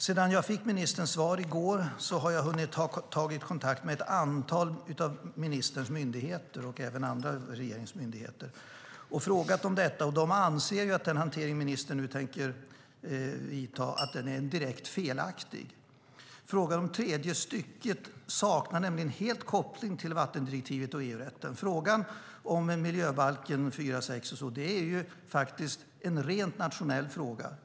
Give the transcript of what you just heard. Sedan jag fick ministerns svar i går har jag hunnit ta kontakt med ett antal av ministerns myndigheter och även andra myndigheter som lyder under regeringen och frågat om detta. De anser att den hantering som ministern nu tänker vidta är direkt felaktig. Frågan om tredje stycket saknar nämligen helt koppling till vattendirektivet och EU-rätten. Frågan om 4 kap. 6 § miljöbalken är en rent nationell fråga.